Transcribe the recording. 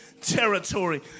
territory